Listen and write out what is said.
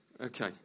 Okay